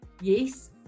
yes